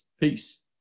Peace